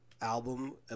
album